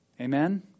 Amen